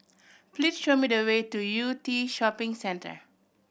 please show me the way to Yew Tee Shopping Centre